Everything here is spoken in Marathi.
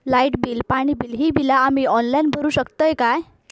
लाईट बिल, पाणी बिल, ही बिला आम्ही ऑनलाइन भरू शकतय का?